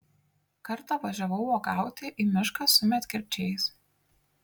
kartą važiavau uogauti į mišką su medkirčiais